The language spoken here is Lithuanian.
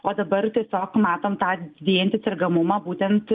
o dabar tiesiog matom tą didejantį sergamumą būtent